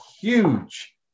huge